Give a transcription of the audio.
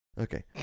okay